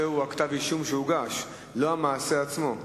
הנושא הוא כתב האישום שהוגש, לא המעשה עצמו.